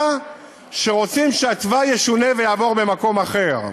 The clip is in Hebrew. שרוצים שהתוואי ישונה ויעבור במקום אחר.